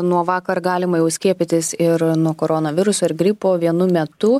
nuo vakar galima jau skiepytis ir nuo koronaviruso ir gripo vienu metu